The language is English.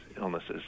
illnesses